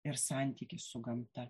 ir santykis su gamta